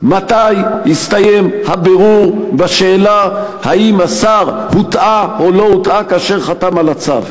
מתי יסתיים הבירור בשאלה אם השר הוטעה או לא הוטעה כאשר חתם על הצו,